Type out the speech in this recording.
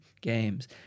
games